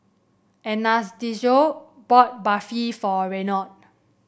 Anastacio bought Barfi for Reynold